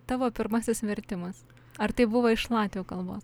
tavo pirmasis vertimas ar tai buvo iš latvių kalbos